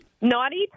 Naughty